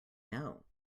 know